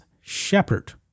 shepherd